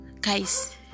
guys